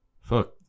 Fuck